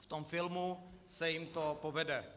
V tom filmu se jim to povede.